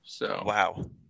Wow